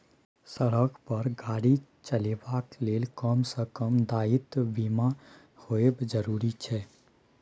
सड़क पर गाड़ी चलेबाक लेल कम सँ कम दायित्व बीमा होएब जरुरी छै